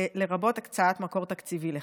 לרבות הקצאת מקור תקציבי לכך.